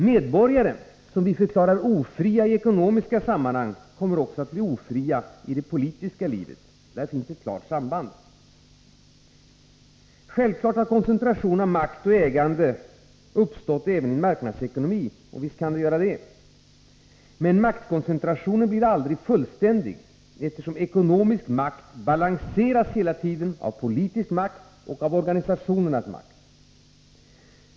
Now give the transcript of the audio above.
Medborgare som man förklarar ofria i ekonomiska sammanhang kommer också att bli ofria i det politiska livet — där finns ett klart samband. Självfallet har koncentration av makt och ägande uppstått även i en marknadsekonomi. Visst kan det göra det. Men maktkoncentrationen blir aldrig fullständig, eftersom ekonomisk makt hela tiden balanseras av politisk makt och av organisationers makt.